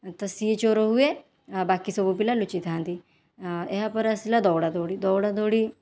ତ ସିଏ ଚୋର ହୁଏ ଆଉ ବାକି ସବୁ ପିଲା ଲୁଚିଥାନ୍ତି ଏହା ପରେ ଆସିଲା ଦୌଡ଼ା ଦୌଡ଼ି ଦୌଡ଼ା ଦୌଡ଼ି